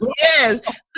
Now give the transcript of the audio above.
yes